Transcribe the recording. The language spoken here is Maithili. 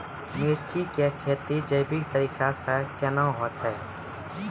मिर्ची की खेती जैविक तरीका से के ना होते?